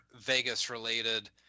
Vegas-related